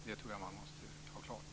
Det måste man ha klart för sig.